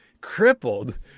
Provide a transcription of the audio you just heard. crippled